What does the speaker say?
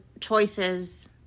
choices